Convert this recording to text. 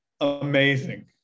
amazing